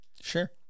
Sure